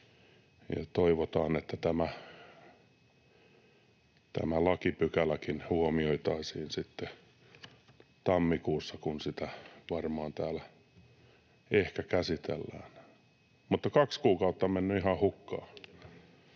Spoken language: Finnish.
Toivotaan, että tämä lakipykäläkin huomioitaisiin sitten tammikuussa, kun sitä täällä ehkä käsitellään. Mutta kaksi kuukautta on mennyt ihan hukkaan.